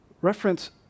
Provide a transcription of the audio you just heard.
Reference